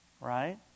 right